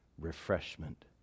refreshment